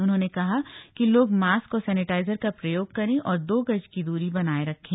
उन्होंने कहा कि लोग मास्क और सैनिटाइजर का प्रयोग करें और दो गज की दूरी बनाए रखें